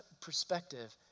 perspective